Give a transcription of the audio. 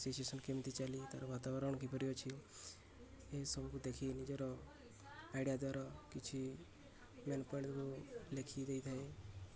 situation କେମିତି ଚାଲି ତା'ର ବାତାବରଣ କିପରି ଅଛି ଏହିସବୁକୁ ଦେଖି ନିଜର ଆଇଡ଼ିଆ ଦ୍ୱାରା କିଛି ମେନ୍ ପଏଣ୍ଟକୁ ଲେଖି ଦେଇଥାଏ